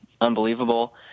unbelievable